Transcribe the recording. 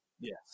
Yes